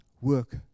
work